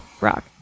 rock